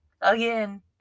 again